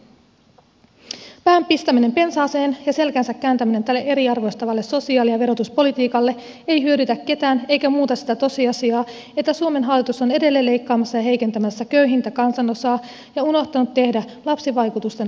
pään pistäminen pensaaseen ja selkänsä kääntäminen tälle eriarvoistavalle sosiaali ja verotuspolitiikalle ei hyödytä ketään eikä muuta sitä tosiasiaa että suomen hallitus on edelleen leikkaamassa ja heikentämässä köyhintä kansanosaa ja unohtanut tehdä lapsivaikutusten arvioinnin